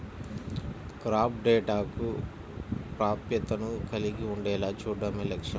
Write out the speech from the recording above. crop డేటాకు ప్రాప్యతను కలిగి ఉండేలా చూడడమే లక్ష్యం